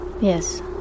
Yes